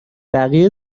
بقیه